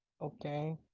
Okay